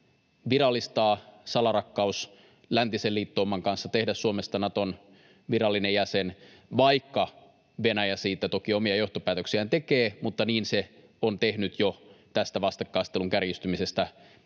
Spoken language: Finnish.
virallistaa salarakkaus läntisen liittouman kanssa, tehdä Suomesta Naton virallinen jäsen — vaikka Venäjä siitä toki omia johtopäätöksiään tekee, mutta niin se on tehnyt jo tästä vastakkainasettelun kärjistymisestä